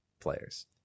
players